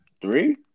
Three